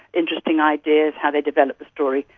interesting ideas, how they develop the story,